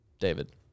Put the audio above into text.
David